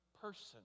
person